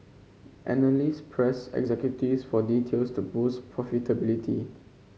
analysts pressed executives for details to boost profitability